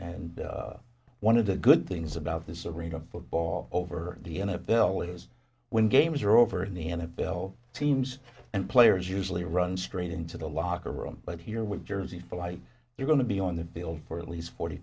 and one of the good things about this arena football over the n f l is when games are over in the n f l teams and players usually run straight into the locker room but here with jerseys the like they're going to be on the field for at least forty